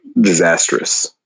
disastrous